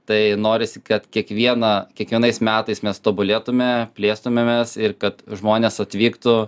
tai norisi kad kiekvieną kiekvienais metais mes tobulėtume plėstumėmės ir kad žmonės atvyktų